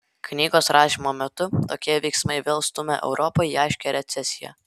knygos rašymo metu tokie veiksmai vėl stumia europą į aiškią recesiją